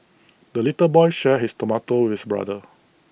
the little boy shared his tomato with brother